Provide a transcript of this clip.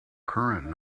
current